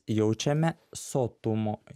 jaučiame sotumo